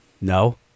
No